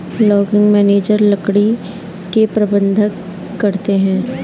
logging manager लकड़ी का प्रबंधन करते है